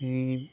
এই